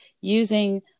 using